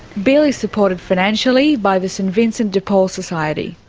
bill is supported financially by the st vincent de paul society.